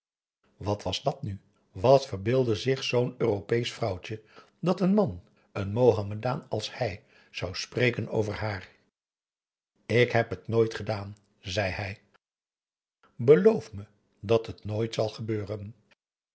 wat verbeeldde zich zoo'n europeesch vrouwtje dat een man een mohammedaan als hij zou spreken over haar ik heb het nooit gedaan zei hij beloof me dat het nooit zal gebeuren